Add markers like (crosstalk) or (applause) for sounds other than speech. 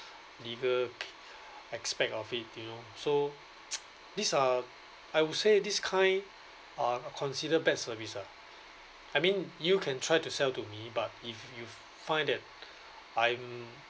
legal aspect of it you know so (noise) these are I would say this kind are considered bad service ah I mean you can try to sell to me but if you find that I'm